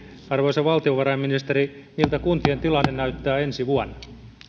arvoisa valtiovarainministeri miltä kuntien tilanne näyttää ensi vuonna